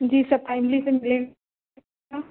जी सब फैमिली से मिलेगा